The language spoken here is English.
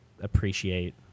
appreciate